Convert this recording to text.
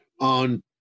on